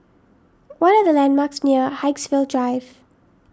what are the landmarks near Haigsville Drive